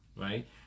right